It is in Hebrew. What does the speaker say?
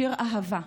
שיר אהבה.